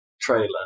trailer